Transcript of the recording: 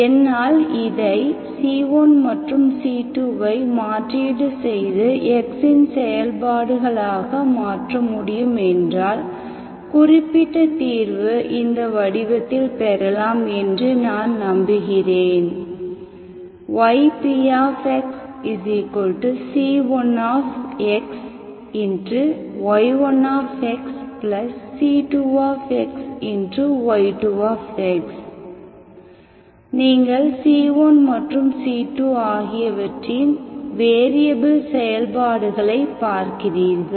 என்னால் இதை c1 மற்றும் c2 ஐ மாற்றீடு செய்து x இன் செயல்பாடுகளாக மாற்ற முடியும் என்றால் குறிப்பிட்ட தீர்வு இந்த வடிவத்தில் பெறலாம் என்று நான் நம்புகிறேன் ypxc1xy1c2y2 நீங்கள் c1 மற்றும் c2 ஆகியவற்றின் வேரியபில் செயல்பாடுகளைப் பார்க்கிறீர்கள்